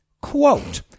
Quote